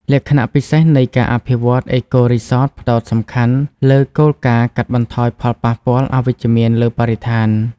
លក្ខណៈពិសេសនៃការអភិវឌ្ឍ អេកូរីសតផ្តោតសំខាន់លើគោលការណ៍កាត់បន្ថយផលប៉ះពាល់អវិជ្ជមានលើបរិស្ថាន។